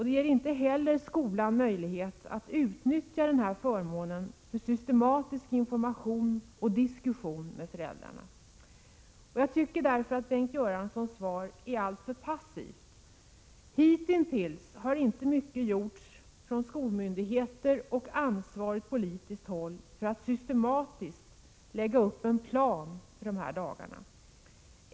Det ger inte heller skolan möjlighet att utnyttja denna förmån för systematisk information och diskussion med föräldrarna. Jag tycker därför att Bengt Göranssons svar är alltför passivt. Hitintills har inte mycket gjorts från skolmyndigheter och ansvarigt politiskt håll för att systematiskt lägga upp en plan för dessa kontaktdagar.